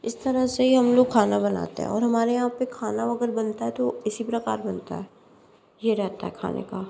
इस तरह से ही हम लोग खाना बनाते हैं और हमारे यहाँ पे खाना अगर बनता है तो इसी प्रकार बनता है ये रहता है खाने का